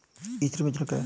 ई श्रम योजना क्या है?